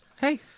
Hey